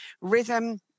rhythm